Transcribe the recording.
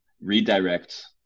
redirect